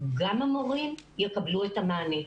גם המורים יקבלו את המענה.